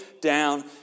down